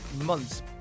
months